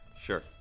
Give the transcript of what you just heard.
Sure